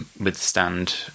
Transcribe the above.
withstand